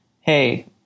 hey